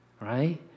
right